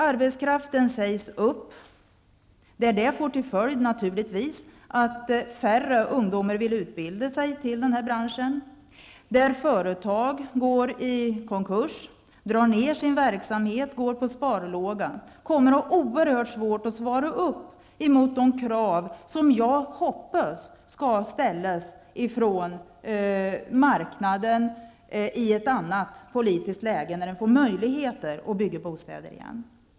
Arbetskraften sägs upp, och det får till följd att färre ungdomar vill utbilda sig inom den här branschen. Företag går i konkurs, drar ner sin verksamhet och går på sparlåga. De kommer att ha oerhört svårt att motsvara de krav som jag hoppas skall ställas från marknaden i ett annat politiskt läge när man får möjligheter att bygga bostäder igen.